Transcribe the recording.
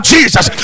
Jesus